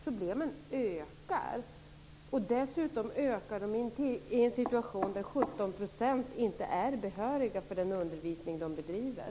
Problemen ökar i en situation där 17 % av lärarna inte är behöriga för den undervisning som de bedriver.